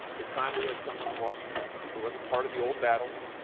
it's time we had someone in washington who isn't part of the old battles,